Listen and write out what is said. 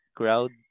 crowd